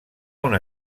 una